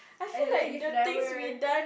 I don't think if never